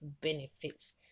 benefits